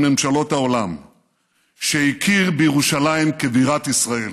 ממשלות העולם שהכיר בירושלים כבירת ישראל.